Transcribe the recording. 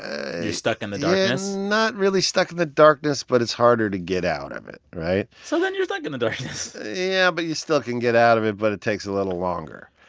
stuck in the darkness? not really stuck in the darkness, but it's harder to get out of it, right? so then you're stuck in the darkness yeah, but you still can get out of it, but it takes a little longer.